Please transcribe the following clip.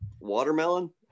watermelon